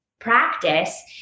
practice